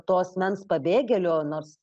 to asmens pabėgėliu nors